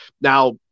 Now